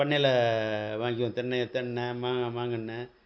பண்ணையில் வாங்கிக் தென்னை தென்னை மா மாங்கன்று